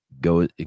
go